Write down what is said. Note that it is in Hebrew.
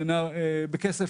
בכסף,